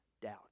doubt